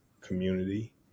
community